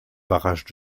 barrage